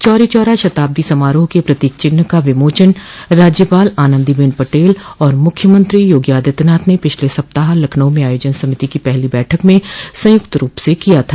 चौरी चौरा शताब्दी समारोह के प्रतीक चिह्न का विमोचन राज्यपाल आनंदीबेन पटेल और मुख्यमंत्री योगी आदित्यनाथ ने पिछले सप्ताह लखनऊ में आयोजन समिति की पहली बैठक में संयुक्त रूप से किया था